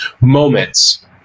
moments